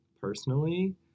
personally